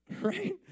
Right